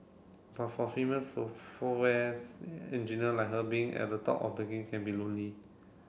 but for female engineer like her being at the top of the game can be lonely